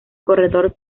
corredor